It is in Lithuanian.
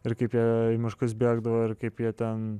ir kaip jie į miškus bėgdavo ir kaip jie ten